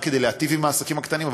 גם כדי להיטיב עם העסקים הקטנים,